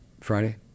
Friday